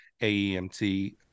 AEMT